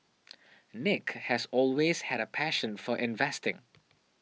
nick has always had a passion for investing